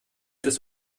des